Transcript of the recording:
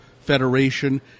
Federation